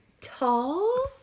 tall